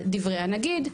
על דברי הנגיד,